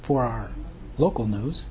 for our local news